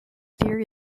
there